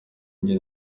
jye